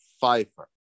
Pfeiffer